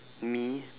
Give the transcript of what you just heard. me